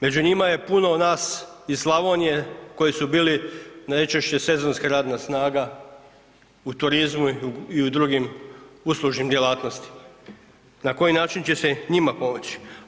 Među njima je puno nas iz Slavonije koji su bili najčešće sezonska radna snaga u turizmu i u drugim uslužnim djelatnostima, na koji način će se njima pomoći?